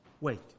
Wait